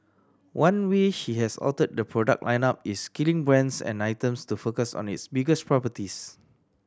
one way she has altered the product lineup is killing brands and items to focus on its biggest properties